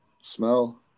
Smell